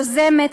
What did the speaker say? יוזמת,